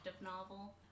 novel